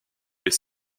les